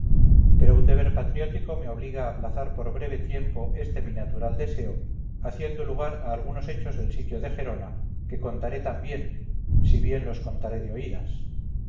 pero un deber patriótico me obliga a aplazar por breve tiempo este mi natural deseo haciendo lugar a algunos hechos del sitio de gerona que contaré también si bien los contaré de oídas